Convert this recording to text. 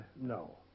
No